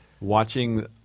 watching